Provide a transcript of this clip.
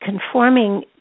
Conforming